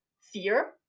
fear